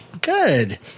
Good